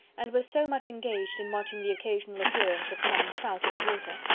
and was so much engaged in watching the occasional appearance of some trout in the water,